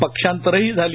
पक्षांतरंही झाली